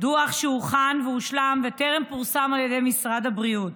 שהוכן והושלם וטרם פורסם על ידי משרד הבריאות.